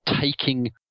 taking